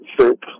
soup